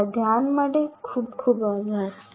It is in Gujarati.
તમારા ધ્યાન માટે ખૂબ ખૂબ આભાર